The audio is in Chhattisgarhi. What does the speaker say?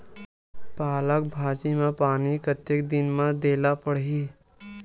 पालक भाजी म पानी कतेक दिन म देला पढ़ही?